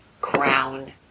crown